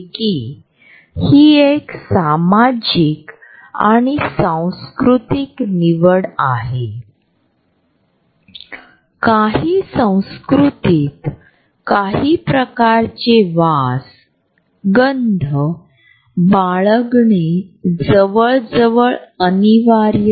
Edward Hall या मानववंशशास्त्रज्ञच्या मते त्यांना संशोधनात अनेक भिन्न संस्कृतींमध्ये वैयक्तिक जागेचे काही अतिशय सातत्यपूर्ण झोन सापडले